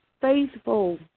faithful